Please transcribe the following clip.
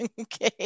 Okay